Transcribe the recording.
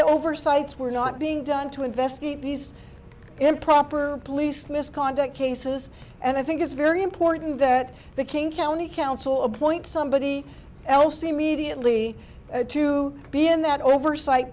of oversights were not being done to investigate these improper police misconduct cases and i think it's very important that the king county council appoint somebody else the mediately to be in that oversight